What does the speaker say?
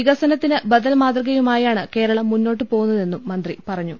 വികസനത്തിന് ബദൽ മാതൃകയുമായാണ് കേരളം മുന്നോട്ട് പോവുന്നതെന്നും മന്ത്രി പറഞ്ഞു